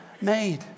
made